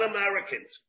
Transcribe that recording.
Americans